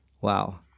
wow